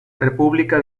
república